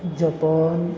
Japan